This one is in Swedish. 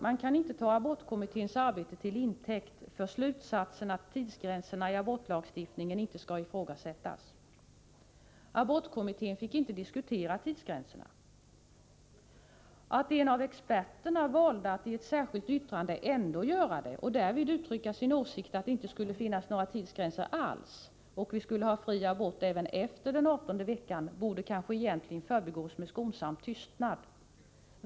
Man kan inte ta abortkommitténs arbete till intäkt för slutsatsen att tidsgränserna i abortlagstiftningen inte skall ifrågasättas. Abortkommittén fick inte diskutera tidsgränserna. Att en av experterna valde att i ett särskilt yttrande ändå göra det och därvid uttrycka sin åsikt att det inte skulle finnas några tidsgränser alls och att vi skulle ha fri abort även efter 18:e veckan borde egentligen förbigås med skonsam tystnad.